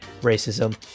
racism